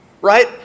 right